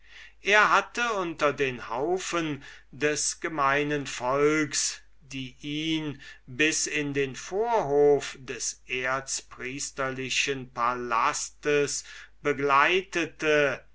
er hatte unter den haufen gemeinen volks der ihn bis in den vorhof des erzpriesterlichen palasts begleitete